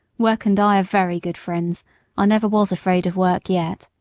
work and i are very good friends i never was afraid of work yet.